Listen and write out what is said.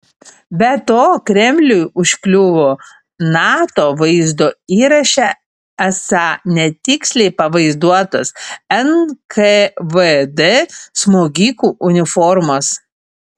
be to kremliui užkliuvo nato vaizdo įraše esą netiksliai pavaizduotos nkvd smogikų uniformos